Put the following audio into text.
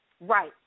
Right